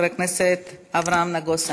חבר הכנסת אברהם נגוסה.